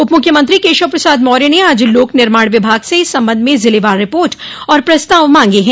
उप मुख्यमंत्री केशव प्रसाद मौर्य ने आज लोक निर्माण विभाग से इस संबंध में जिलेवार रिपोर्ट और प्रस्ताव मांगे हैं